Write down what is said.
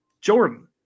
Jordan